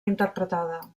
interpretada